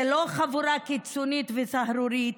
זה לא חבורה קיצונית וסהרורית.